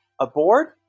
aboard